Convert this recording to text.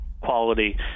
quality